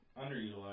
underutilized